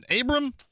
Abram